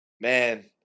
Man